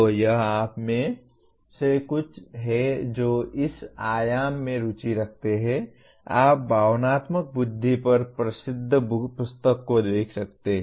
तो यह आप में से कुछ हैं जो इस आयाम में रुचि रखते हैं आप भावनात्मक बुद्धि पर प्रसिद्ध पुस्तक को देख सकते हैं